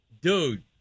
Dude